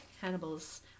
Hannibal's